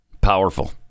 Powerful